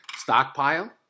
Stockpile